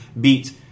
beat